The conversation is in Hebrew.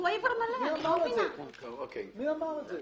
מי אמר את זה?